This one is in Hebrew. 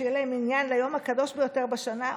כדי שיהיה להם מניין ליום הקדוש ביותר בשנה,